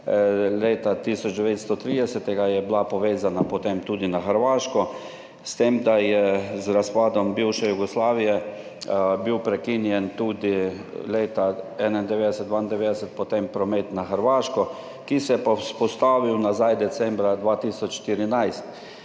leta 1930 je bila povezana potem tudi s Hrvaško, s tem, da je bil z razpadom bivše Jugoslavije prekinjen leta 1991, 1992 promet na Hrvaško, ki pa se je vzpostavil nazaj decembra 2014.